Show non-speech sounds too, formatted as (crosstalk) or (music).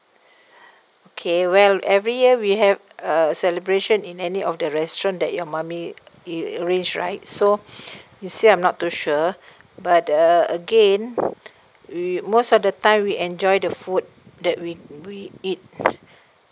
okay well every year we have a celebration in any of the restaurant that your mummy uh arrange right so (breath) you see I'm not too sure but uh again we most of the time we enjoy the food that we we eat